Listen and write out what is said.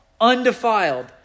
undefiled